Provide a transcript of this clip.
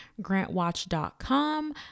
Grantwatch.com